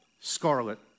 Scarlet